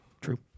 true